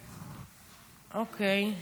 אוקיי.